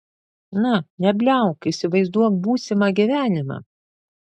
na nebliauk įsivaizduok būsimą gyvenimą